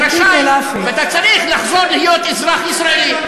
ואתה צריך לחזור להיות אזרח ישראלי.